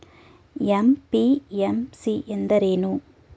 MPMC ಎಂದರೇನು?